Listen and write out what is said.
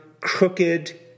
crooked